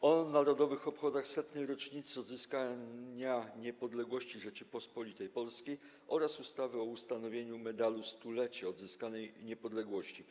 o Narodowych Obchodach Setnej Rocznicy Odzyskania Niepodległości Rzeczypospolitej Polskiej oraz ustawy o ustanowieniu Medalu Stulecia Odzyskanej Niepodległości.